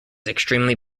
extremely